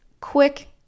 Quick